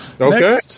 Okay